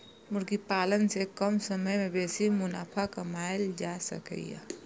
मुर्गी पालन सं कम समय मे बेसी मुनाफा कमाएल जा सकैए